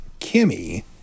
Kimmy